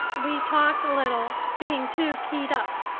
we talked little, being too keyed up.